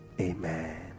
amen